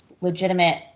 legitimate